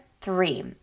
three